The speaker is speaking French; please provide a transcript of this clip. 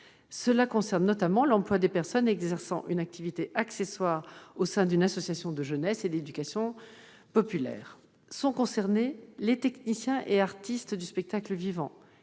Cela concerne notamment l'emploi des personnes exerçant une activité accessoire au sein d'une association de jeunesse et d'éducation populaire. Sont concernés les techniciens et artistes du spectacle vivant